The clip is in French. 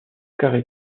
carré